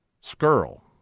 Skirl